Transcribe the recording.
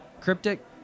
Cryptic